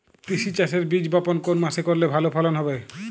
তিসি চাষের বীজ বপন কোন মাসে করলে ভালো ফলন হবে?